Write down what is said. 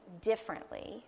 differently